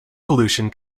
pollution